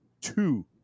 two